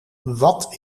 wat